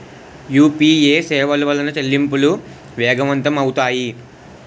UPA సేవల వలన చెల్లింపులు వేగవంతం అవుతాయి